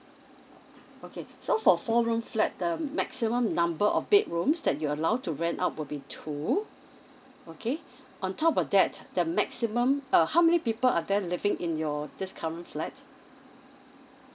okay so for four room flat the maximum number of bedrooms that you're allowed to rent out would be two okay on top of that the maximum err how many people are there living in your this current flat